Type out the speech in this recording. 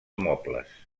mobles